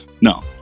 No